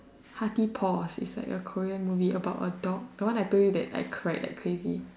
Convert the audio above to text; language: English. Hearty-Paws it's like a Korean movie about a dog the one I told you that I cried like crazy